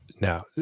Now